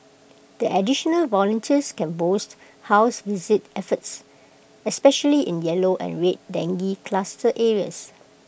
the additional volunteers can boost house visit efforts especially in yellow and red dengue cluster areas